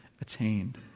attained